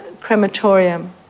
crematorium